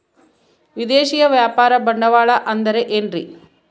ವಿದೇಶಿಯ ವ್ಯಾಪಾರ ಬಂಡವಾಳ ಅಂದರೆ ಏನ್ರಿ?